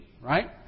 Right